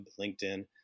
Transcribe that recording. LinkedIn